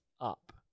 up